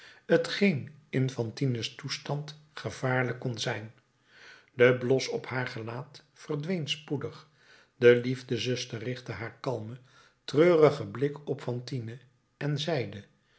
t geen in fantine's toestand gevaarlijk kon zijn de blos op haar gelaat verdween spoedig de liefdezuster richtte haar kalmen treurigen blik op fantine en zeide